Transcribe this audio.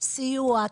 סיוע,